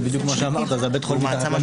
זה בדיוק מה שאמרת, זה בית חולים מתחת לגשר.